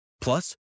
Plus